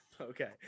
Okay